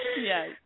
Yes